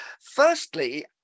Firstly